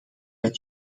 het